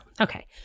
Okay